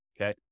okay